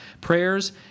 prayers